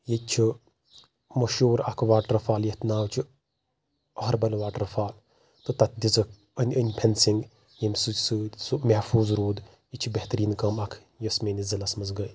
ییٚتہِ چھُ مشوٗر اکھ واٹر فال یتھ ناو چھُ اہربل واٹر فال تہٕ تتھ دِژٕکھ أنٛدۍ أنٛدۍ فٮ۪نسِنگ ییٚمہِ سۭتۍ سۭتۍ سُہ محفوٗظ روٗد یہِ چھ بہتریٖن کأم اکھ یُس میٛأنِس ضلس منٛز گٔے